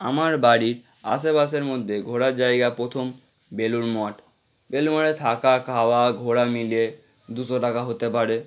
আমার বাড়ির আশেপাশের মধ্যে ঘোরার জায়গা প্রথম বেলুড় মঠ বেলুড় মঠে থাকা খাওয়া ঘোরা মিলিয়ে দুশো টাকা হতে পারে